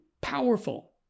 powerful